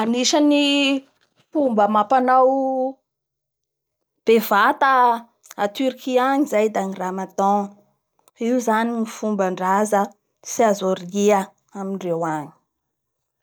Anisany fomba amapanao bavata a Turki agny zay da ny ramadant io zany ny fomba ndraza tsy azo aria amindreo agny,